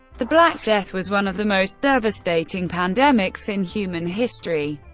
the black death was one of the most devastating pandemics in human history,